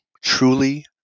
truly